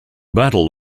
battle